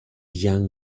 young